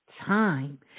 time